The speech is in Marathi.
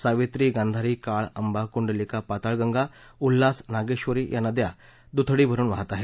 सावित्री गांधारी काळ अंबा कुंडलिका पाताळगंगा उल्हास नागेश्वरी या नद्या दुथडी भरून वाहत आहेत